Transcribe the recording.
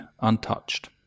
untouched